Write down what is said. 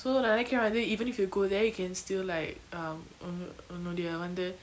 so நெனைக்காதே:nenaikathe even if you go there you can still like uh உன்னு உன்னுடைய வந்து:unnu unnudaya vanthu